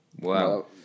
Wow